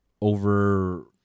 over